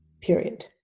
Period